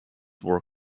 were